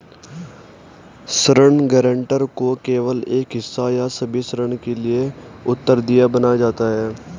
ऋण गारंटर को केवल एक हिस्से या सभी ऋण के लिए उत्तरदायी बनाया जाता है